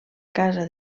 casa